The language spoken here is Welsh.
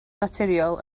naturiol